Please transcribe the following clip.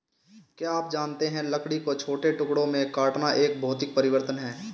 क्या आप जानते है लकड़ी को छोटे टुकड़ों में काटना एक भौतिक परिवर्तन है?